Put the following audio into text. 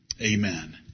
Amen